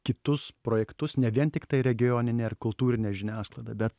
kitus projektus ne vien tiktai regioninę ar kultūrinę žiniasklaidą bet